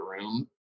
room